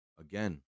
Again